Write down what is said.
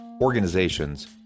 organizations